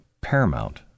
paramount